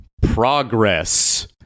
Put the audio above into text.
progress